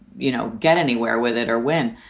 you know, get anywhere with it or win.